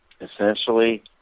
Essentially